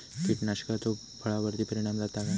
कीटकनाशकाचो फळावर्ती परिणाम जाता काय?